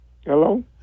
Hello